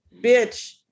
Bitch